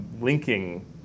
linking